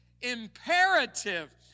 imperative